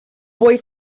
boy